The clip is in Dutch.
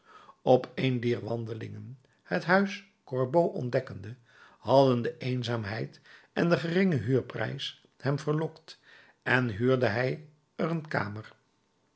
op een dier wandelingen het huis gorbeau ontdekkende hadden de eenzaamheid en de geringe huurprijs hem verlokt en huurde hij er een kamer